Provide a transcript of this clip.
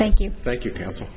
thank you thank you counsel